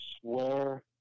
swear